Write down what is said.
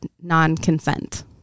non-consent